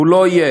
והוא לא יהיה,